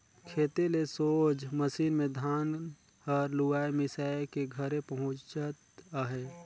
खेते ले सोझ मसीन मे धान हर लुवाए मिसाए के घरे पहुचत अहे